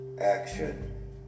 action